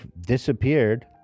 disappeared